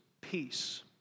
peace